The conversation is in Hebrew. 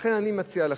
לכן אני מציע לך,